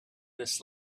this